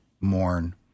mourn